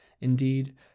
Indeed